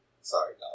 Sorry